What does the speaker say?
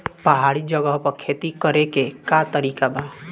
पहाड़ी जगह पर खेती करे के का तरीका बा?